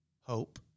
hope